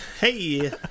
Hey